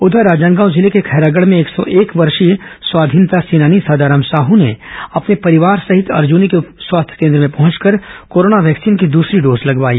उधर राजनांदगांव जिले के खैरागढ़ में एक सौ एक वर्षीय स्वाधीनता सेनानी सदाराम साहू ने अपने परिवार सहित अर्जुनी के उप स्वास्थ केंद्र में पहुंचकर कोरोना वैक्सीन की दूसरी डोज लगवाई